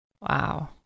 Wow